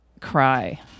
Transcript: cry